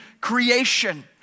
creation